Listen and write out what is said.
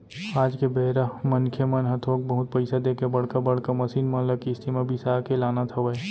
आज के बेरा मनखे मन ह थोक बहुत पइसा देके बड़का बड़का मसीन मन ल किस्ती म बिसा के लानत हवय